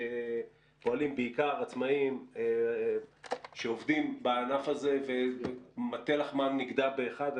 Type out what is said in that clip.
בעיקר עצמאים שעובדים בענף הזה ומטה לחמם נגדע באחת.